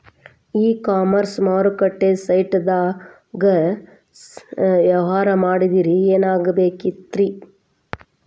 E commerce ಮಾರುಕಟ್ಟೆ site ಗಾಗಿ ವ್ಯವಹಾರ ಮಾದರಿ ಏನಾಗಿರಬೇಕ್ರಿ?